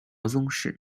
宗室